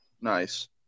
nice